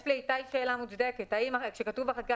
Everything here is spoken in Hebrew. יש לאיתי עצמון שאלה מוצדקת: האם כשכתוב בחקיקה